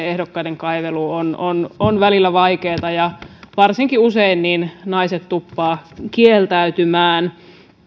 ehdokkaiden kaivelu on on välillä vaikeata ja usein varsinkin naiset tuppaavat kieltäytymään